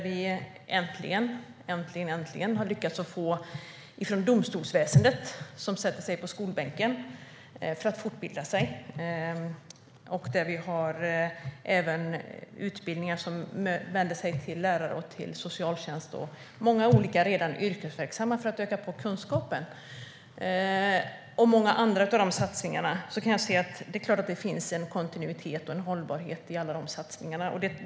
Vi har äntligen, äntligen lyckats få domstolsväsendet att sätta sig på skolbänken för att fortbilda sig. Vi har även utbildningar som vänder sig till lärare, socialtjänst och många olika redan yrkesverksamma för att öka på kunskapen. När jag ser på dem och många andra satsningar kan jag se att det finns en kontinuitet och hållbarhet i alla de satsningarna.